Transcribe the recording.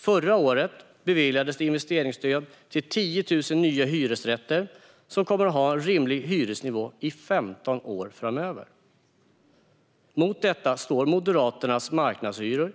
Förra året beviljades investeringsstöd till 10 000 nya hyresrätter som kommer att ha en rimlig hyresnivå i 15 år framöver. Mot detta står Moderaternas marknadshyror,